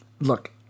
look